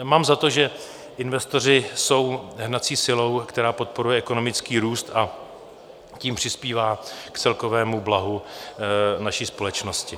Mám za to, že investoři jsou hnací silou, která podporuje ekonomický růst a tím přispívá k celkovému blahu naší společnosti.